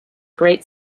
great